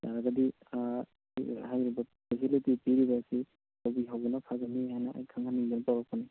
ꯌꯥꯔꯒꯗꯤ ꯍꯥꯏꯔꯤꯕ ꯐꯦꯁꯤꯂꯤꯇꯤ ꯄꯤꯔꯤꯕꯁꯤ ꯍꯥꯏꯗꯤ ꯍꯧꯕꯅ ꯐꯒꯅꯤ ꯍꯥꯏꯅ ꯑꯩ ꯈꯪꯍꯟꯅꯤꯡꯗꯅ ꯇꯧꯔꯛꯄꯅꯤ